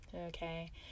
okay